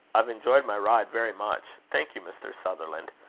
i've enjoyed my ride very much, thank you, mr. sutherland.